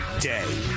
day